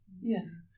Yes